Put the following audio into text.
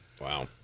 Wow